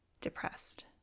depressed